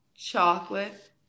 chocolate